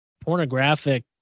pornographic